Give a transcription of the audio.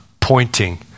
pointing